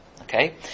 Okay